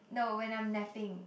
no when I'm napping